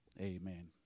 Amen